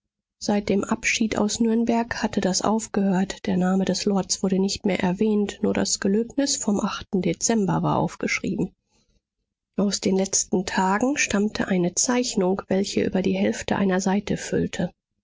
seit dem abschied aus nürnberg hatte das aufgehört der name des lords wurde nicht mehr erwähnt nur das gelöbnis vom achten dezember war aufgeschrieben aus den letzten tagen stammte eine zeichnung welche über die hälfte einer seite füllte